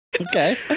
Okay